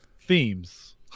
themes